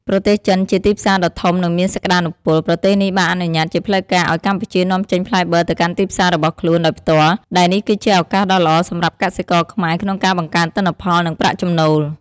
ប្រទេសចិន ជាទីផ្សារដ៏ធំនិងមានសក្ដានុពល ប្រទេសនេះបានអនុញ្ញាតជាផ្លូវការឲ្យកម្ពុជានាំចេញផ្លែបឺរទៅកាន់ទីផ្សាររបស់ខ្លួន ដោយផ្ទាល់ ដែលនេះគឺជាឱកាសដ៏ល្អសម្រាប់កសិករខ្មែរក្នុងការបង្កើនទិន្នផល និងប្រាក់ចំណូល។